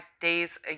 days